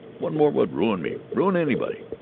one more would ruin me ruin anybody.